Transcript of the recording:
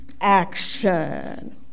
action